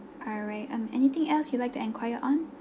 alright um anything else you'd like to enquire on